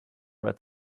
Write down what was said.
red